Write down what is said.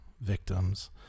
victims